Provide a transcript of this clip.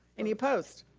any opposed?